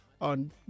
on